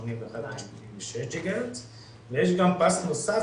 ו-81 עד 86 ג'יגה ויש גם פס נוסף